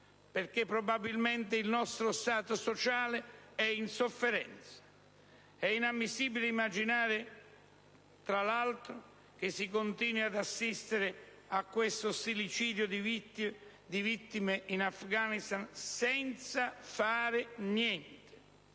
perché probabilmente il nostro Stato sociale è in sofferenza. È inammissibile immaginare, tra l'altro, che si continui ad assistere a questo stillicidio di vittime in Afghanistan senza fare niente.